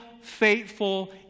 faithful